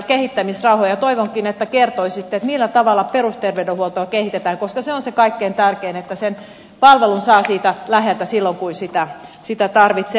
toivonkin että kertoisitte millä tavalla perusterveydenhuoltoa kehitetään koska se on se kaikkein tärkein että sen palvelun saa siitä läheltä silloin kun sitä tarvitsee